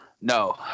No